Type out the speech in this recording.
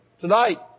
tonight